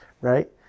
right